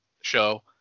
show